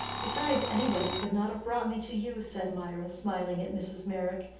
besides, anybody could not have brought me to you, said mirah, smiling at mrs. meyrick.